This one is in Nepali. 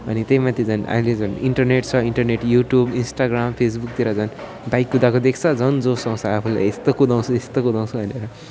अनि त्यही माथि झन् अहिले झन् इन्टरनेट छ इन्टरनेट युट्युब इस्टाग्राम फेसबुकतिर झन् बाइक कुदाएको देख्छ झन् जोस् आउँछ आफूलाई यस्तो कुदाउँछु यस्तो कुदाउँछु भनेर